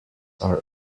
are